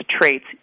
traits